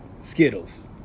Skittles